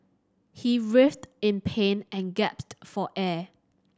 he writhed in pain and gasped for air